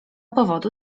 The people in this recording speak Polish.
powodu